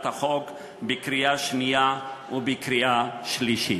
החוק בקריאה שנייה ובקריאה שלישית.